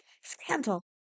Scandal